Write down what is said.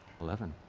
eleven.